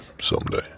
someday